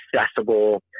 accessible